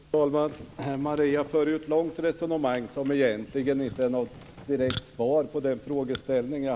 Fru talman! Maria Larsson för ett långt resonemang som egentligen inte är något direkt svar på min fråga.